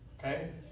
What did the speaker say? Okay